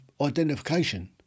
identification